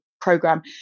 program